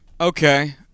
Okay